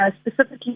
specifically